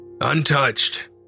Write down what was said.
Untouched